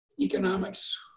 economics